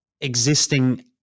existing